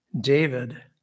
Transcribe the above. David